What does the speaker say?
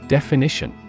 Definition